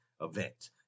event